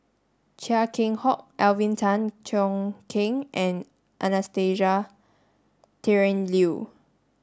Chia Keng Hock Alvin Tan Cheong Kheng and Anastasia Tjendri Liew